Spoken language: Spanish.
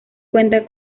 cuenta